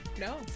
No